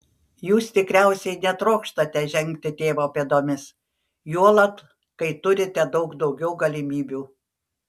jūs tikriausiai netrokštate žengti tėvo pėdomis juolab kai turite daug daugiau galimybių